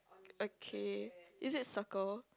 okay is it circle